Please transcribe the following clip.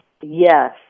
Yes